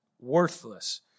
worthless